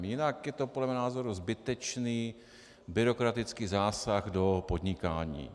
Jinak je to podle mého názoru zbytečný byrokratický zásah do podnikání.